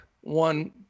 one